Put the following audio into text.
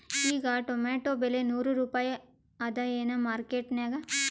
ಈಗಾ ಟೊಮೇಟೊ ಬೆಲೆ ನೂರು ರೂಪಾಯಿ ಅದಾಯೇನ ಮಾರಕೆಟನ್ಯಾಗ?